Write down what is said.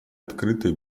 открытой